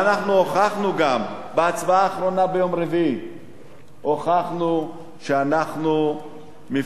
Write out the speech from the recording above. ואנחנו הוכחנו גם בהצבעה האחרונה ביום רביעי שאנחנו מפלגה